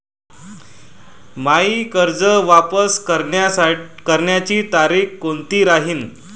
मायी कर्ज वापस करण्याची तारखी कोनती राहीन?